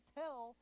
tell